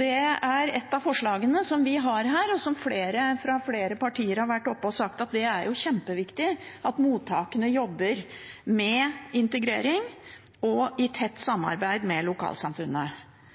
Det er ett av forslagene som vi har her, og flere fra flere partier har vært oppe og sagt at det er jo kjempeviktig at mottakene jobber med integrering og i tett samarbeid med